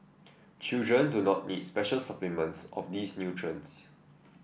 children do not need special supplements of these nutrients